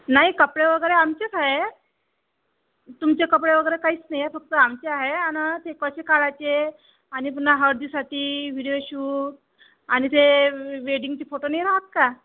नाही कपडे वगैरे आमचेच आहे तुमचे कपडे वगैरे काहीच नाही आहे फक्त आमचे आहे आणि ते कसे काढायचे आणि पुन्हा हळदीसाठी व्हिडिओ शूट आणि ते वेडिंगचे फोटो नाही राहात का